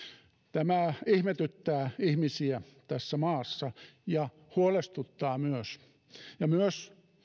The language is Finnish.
tämä ihmetyttää ihmisiä tässä maassa ja huolestuttaa myös myös